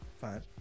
fine